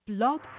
Blog